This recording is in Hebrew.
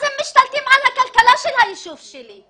הם משתלטים על הכלכלה של היישוב שלי.